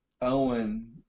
Owen